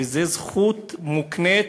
וזאת זכות מוקנית,